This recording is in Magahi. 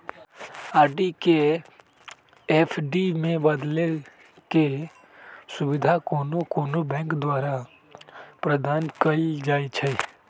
आर.डी को एफ.डी में बदलेके सुविधा कोनो कोनो बैंके द्वारा प्रदान कएल जाइ छइ